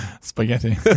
Spaghetti